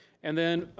and then,